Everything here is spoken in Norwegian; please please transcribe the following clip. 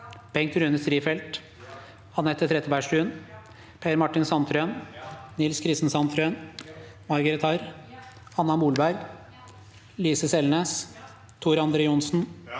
Bengt Rune Strifeldt, Anette Trettebergstuen, Per Martin Sandtrøen, Nils Kristen Sandtrøen, Margrethe Haarr, Anna Molberg, Lise Selnes, Tor André Johnsen,